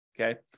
Okay